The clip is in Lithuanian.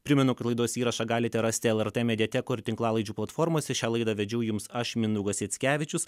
primenu kad laidos įrašą galite rasti lrt mediatekoj ir tinklalaidžių platformose šią laidą vedžiau jums aš mindaugas jackevičius